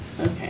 Okay